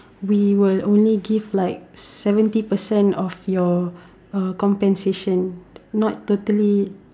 we will only give like seventy percent of your uh compensation not totally